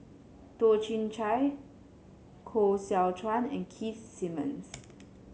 Toh Chin Chye Koh Seow Chuan and Keith Simmons